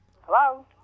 Hello